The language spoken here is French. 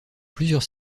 plusieurs